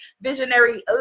visionary